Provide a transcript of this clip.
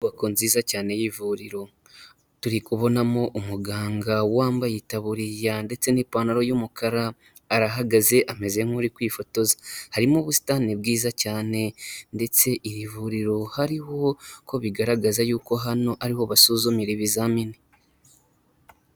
Inyubako nziza cyane y'ivuriro, turi kubonamo umuganga wambaye itaburiya ndetse n'ipantaro y'umukara arahagaze ameze nk'uri kwifotoza, harimo ubusitani bwiza cyane ndetse iri vuriro hariho ko bigaragaza yuko hano ariho basuzumira ibizamini.